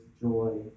joy